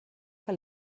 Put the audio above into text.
que